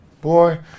Boy